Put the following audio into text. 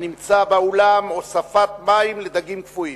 הנמצא באולם: הוספת מים לדגים קפואים.